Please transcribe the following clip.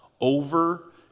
over